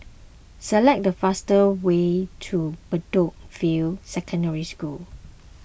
select the fastest way to Bedok View Secondary School